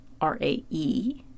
R-A-E